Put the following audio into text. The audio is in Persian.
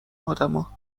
آدما